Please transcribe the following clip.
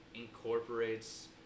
incorporates